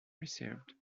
received